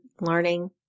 learning